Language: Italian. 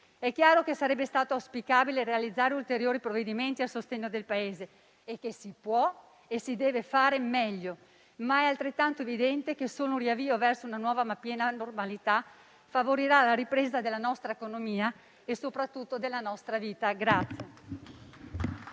È chiaro che sarebbe stato auspicabile realizzare ulteriori provvedimenti a sostegno del Paese e che si può e si deve fare meglio, ma è altrettanto evidente che solo il riavvio verso una nuova, ma piena normalità favorirà la ripresa della nostra economia e soprattutto della nostra vita.